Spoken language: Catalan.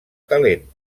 talent